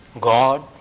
God